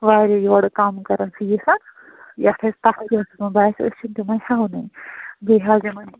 واریاہ یورٕ کَم کَران فیٖسَس یَتھ أسۍ تَتھ باسہِ أسۍ چھِنہٕ تِمن ہٮ۪ونٕے بیٚیہِ حظ یِمن